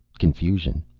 confusion.